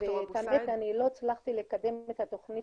למען האמת אני לא הצלחתי לקדם את התוכנית